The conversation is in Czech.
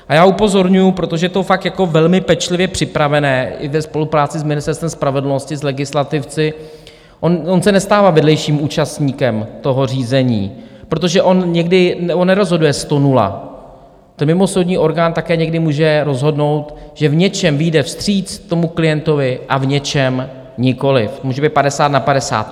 A já upozorňuji, protože to je fakt velmi pečlivě připravené i ve spolupráci s Ministerstvem spravedlnosti, s legislativci, on se nestává vedlejším účastníkem toho řízení, protože on někdy nerozhoduje 100 : 0, ten mimosoudní orgán také někdy může rozhodnout, že v něčem vyjde vstříc tomu klientovi a v něčem nikoliv, to může být 50 : 50.